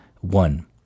one